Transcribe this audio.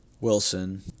Wilson